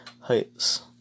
heights